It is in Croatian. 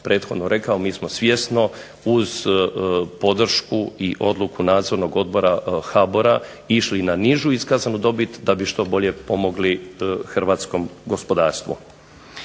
prethodno rekao, mi smo svjesno uz podršku i odluku nadzornog odbora HBOR-a išli na nižu iskazanu dobit da bi što bolje pomogli hrvatskom gospodarstvu.